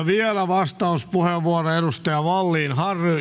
vielä vastauspuheenvuoro edustaja harry wallin